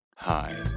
Hi